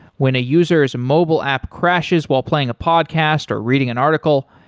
when a user s mobile app crashes while playing a podcast or reading an article,